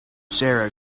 sara